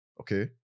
okay